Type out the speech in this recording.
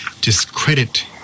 discredit